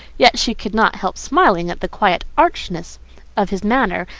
yet she could not help smiling at the quiet archness of his manner,